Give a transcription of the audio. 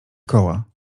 koła